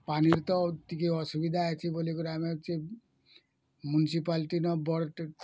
ପାଣି ତ ଟିକେ ଅସୁବିଧା ଅଛି ବୋଲିକରି ଆମେ ମୁନିସିପାଲିଟି ନ ବଡ଼